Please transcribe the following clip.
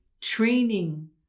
Training